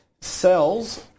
cells